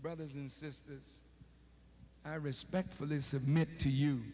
brothers and sisters i respectfully submit to you